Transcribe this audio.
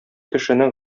кешенең